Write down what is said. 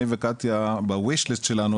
אני וקטיה ברשימת המשאלות שלנו,